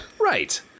Right